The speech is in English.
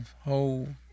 hold